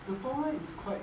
the founder is quite